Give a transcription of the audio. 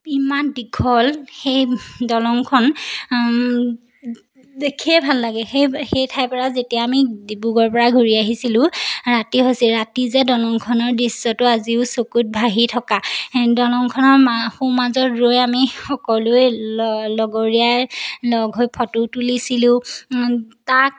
ইমান দীঘল সেই দলংখন দেখিয়ে ভাল লাগে সেই সেই ঠাইৰ পৰা যেতিয়া আমি ডিব্ৰুগড়ৰ পৰা ঘূৰি আহিছিলোঁ ৰাতি হৈছিল ৰাতি যে দলংখনৰ দৃশ্যটো আজিও চকুত ভাঁহি থকা দলংখনৰ সোঁমাজত ৰৈ আমি সকলোৱে লগৰীয়াই লগ হৈ ফটো তুলিছিলোঁ তাত